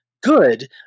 good